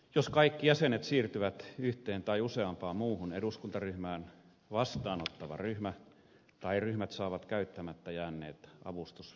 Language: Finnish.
jos kaikki jäsenet siirtyvät yhteen tai useampaan muuhun eduskuntaryhmään vastaanottava ryhmä tai ryhmät saavat käyttämättä jääneet avustusmäärärahat